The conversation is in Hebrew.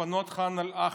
לפנות את ח'אן אל-אחמר.